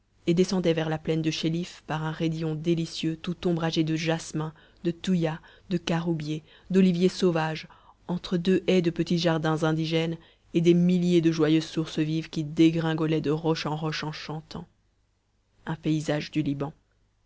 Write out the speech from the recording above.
et descendaient vers la plaine du chéliff par un raidillon délicieux tout ombragé de jasmins de tuyas de caroubiers d'oliviers sauvages entre deux haies de petits jardins indigènes et des milliers de joyeuses sources vives qui dégringolaient de roche en roche en chantant un paysage du liban